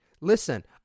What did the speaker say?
listen